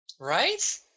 Right